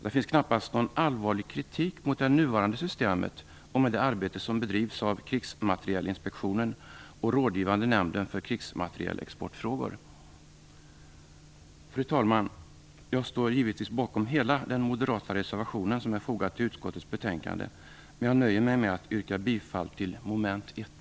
Det finns knappast någon allvarlig kritik mot det nuvarande systemet med det arbete som bedrivs av Krigsmaterielinspektionen och Rådgivande nämnden för krigsmaterielexportfrågor. Fru talman! Jag står givetvis bakom hela den moderata reservation som är fogad till utskottets betänkande, men jag nöjer mig med att yrka bifall till mom. 1.